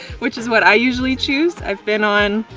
which is what i usually choose. i've been on,